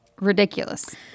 ridiculous